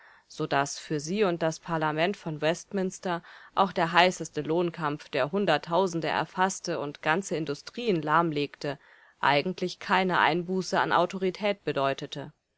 so daß für sie und das parlament von westminster auch der heißeste lohnkampf der hunderttausende erfaßte und ganze industrien lahmlegte eigentlich keine einbuße an autorität bedeutete